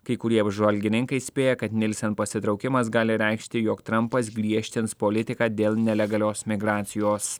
kai kurie apžvalgininkai spėja kad nilsen pasitraukimas gali reikšti jog trampas griežtins politiką dėl nelegalios migracijos